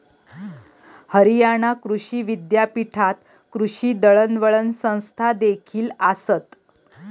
हरियाणा कृषी विद्यापीठात कृषी दळणवळण संस्थादेखील आसत